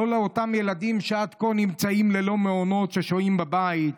לא לאותם ילדים שעד כה נמצאים ללא מעונות ששוהים בבית,